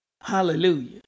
Hallelujah